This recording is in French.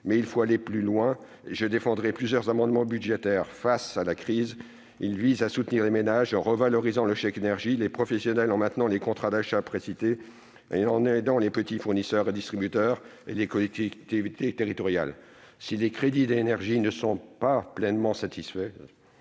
Mais il faut aller plus loin. Je défendrai plusieurs amendements budgétaires visant, dans le contexte de crise, à soutenir les ménages, en revalorisant le chèque énergie, ainsi que les professionnels, en maintenant les contrats d'achat précités et en aidant les petits fournisseurs et distributeurs et les collectivités territoriales. Si les crédits d'énergie ne sont pas pleinement satisfaisants,